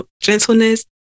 gentleness